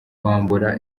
kwambura